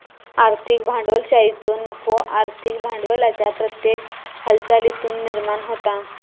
आर्थिक भांडवलशाहीचो नफो आर्थिक भांडवलाच्या प्रत्येक हालचालीतुन निर्माण होता